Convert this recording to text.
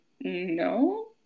No